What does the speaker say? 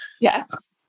Yes